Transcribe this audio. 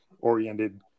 oriented